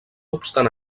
obstant